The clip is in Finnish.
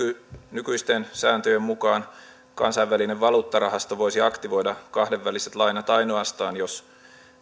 nykyisten sääntöjen mukaan kansainvälinen valuuttarahasto voisi aktivoida kahdenväliset lainat ainoastaan jos